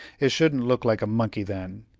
it shouldn't look like a monkey, then.